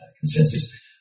consensus